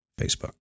Facebook